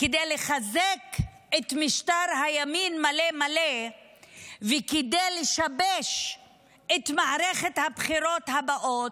כדי לחזק את משטר הימין המלא-מלא וכדי לשבש את מערכת הבחירות הבאה,